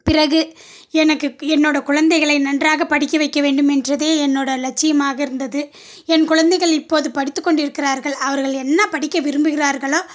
பிறகு எனக்கு என்னோடய குழந்தைகளை நன்றாக படிக்க வைக்க வேண்டும் என்பதே என்னோட லட்சியமாக இருந்தது என் குழந்தைகள் இப்போது படித்துக் கொண்டு இருக்கிறார்கள் அவர்கள் என்ன படிக்க விரும்புகிறார்களோ